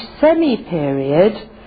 semi-period